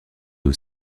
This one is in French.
aux